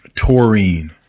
Taurine